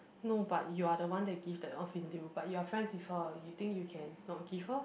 no but you are the one that give the off in lieu but you are friends with her you think you can not give her